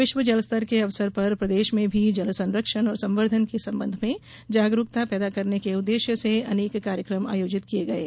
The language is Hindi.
विश्व जल दिवस के अवसर पर प्रदेश में भी जल संरक्षण और संर्वधन के संबंध में जागरूकता पैदा करने के उद्देश्य से अनेक कार्यक्रम आयोजित किये गये